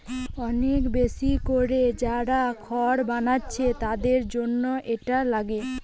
অনেক বেশি কোরে যারা খড় বানাচ্ছে তাদের জন্যে এটা লাগে